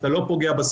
אז אתה לא פוגע בזכות,